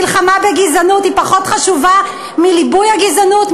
מלחמה בגזענות היא פחות חשובה מליבוי הגזענות,